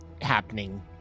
happening